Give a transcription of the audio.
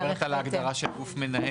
את מדברת על הגדרה של גוף מנהל?